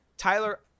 Tyler